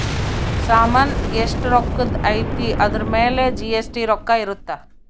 ಸಾಮನ್ ಎಸ್ಟ ರೊಕ್ಕಧ್ ಅಯ್ತಿ ಅದುರ್ ಮೇಲೆ ಜಿ.ಎಸ್.ಟಿ ರೊಕ್ಕ ಇರುತ್ತ